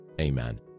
Amen